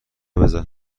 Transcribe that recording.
بزن